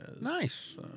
Nice